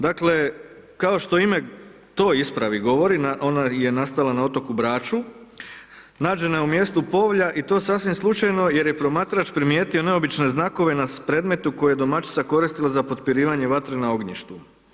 Dakle, kao što ime toj ispravi govori ona je nastala na otoku Braču, nađena je u mjestu Povlja i to sasvim slučajno jer je promatrač primijetio neobične znakove na predmetu koje je domaćica koristila za potpirivanje vatre na ognjištu.